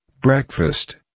Breakfast